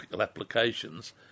applications